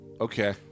Okay